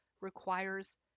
requires